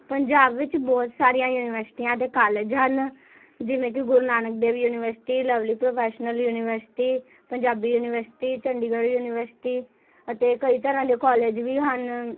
ਪੰਜਾਬ ਵਿੱਚ ਬਹੁਤ ਸਾਰੀਆਂ ਯੂਨੀਵਸਟੀਆਂ ਅਤੇ ਕਾਲਜ ਹਨ ਜਿਵੇਂ ਕਿ Guru Nanak Dev university lovely professional university Punjabi university Chandigarh university ਅਤੇ ਕਈ ਤਰ੍ਹਾਂ ਦੇ ਕੋਲਜ ਵੀ ਹਨ